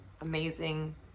amazing